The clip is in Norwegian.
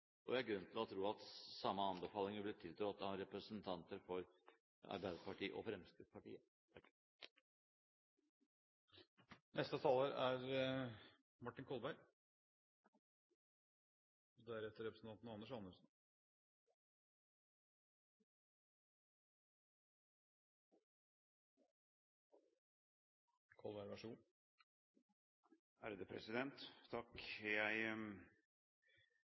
og jeg har grunn til å tro at samme anbefalinger blir tiltrådt av representanter for Arbeiderpartiet og Fremskrittspartiet. Jeg slutter meg helt og fullt til de resonnementene som saksordføreren, representanten